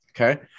Okay